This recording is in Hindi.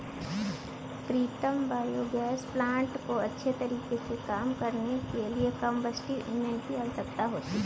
प्रीतम बायोगैस प्लांट को अच्छे तरीके से काम करने के लिए कंबस्टिव इंजन की आवश्यकता होती है